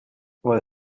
while